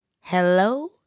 hello